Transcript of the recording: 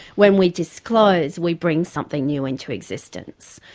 when we disclose we bring something new into existence.